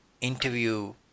interview